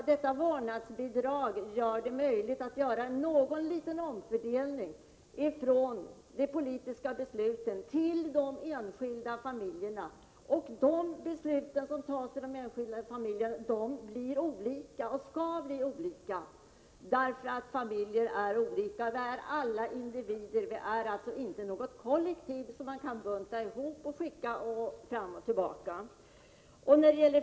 Vårdnadsbidraget gör det möjligt att åstadkomma en mindre omfördelning, från politiska beslut till de enskilda familjernas beslut. De enskilda familjernas beslut blir olika och skall också bli olika, eftersom familjerna själva är olika. Vi är alla individer och inte något kollektiv som man kan bunta ihop och skicka fram och tillbaka.